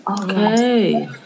Okay